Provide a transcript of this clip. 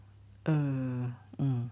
uh mm